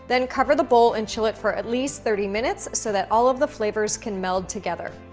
then, cover the bowl and chill it for at least thirty minutes so that all of the flavors can meld together.